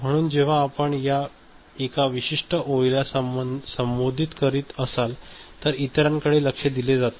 म्हणून जेव्हा आपण या एका विशिष्ट ओळीला संबोधित करीत असाल तर इतरांकडे लक्ष दिले जात नाही